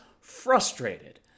frustrated